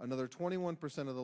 another twenty one percent of the